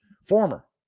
Former